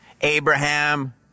Abraham